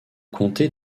comté